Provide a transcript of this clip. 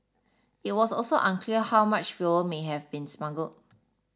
it was also unclear how much fuel may have been smuggled